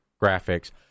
graphics